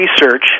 research